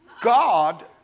God